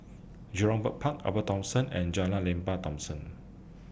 Jurong Bird Park Upper Thomson and Jalan Lembah Thomson